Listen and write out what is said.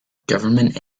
government